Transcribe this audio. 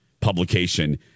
publication